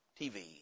TV